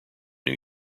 new